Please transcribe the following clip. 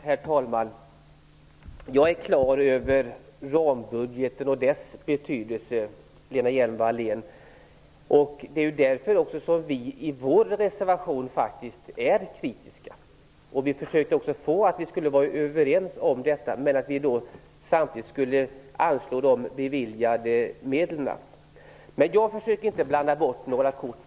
Herr talman! Jag är klar över rambudgeten och dess betydelse, Lena Hjelm-Wallén. Det är därför vi faktiskt är kritiska i vår reservation. Vi försökte åstadkomma en enighet om detta, men samtidigt skulle vi anslå de beviljade medlen. Jag försöker inte blanda bort några kort.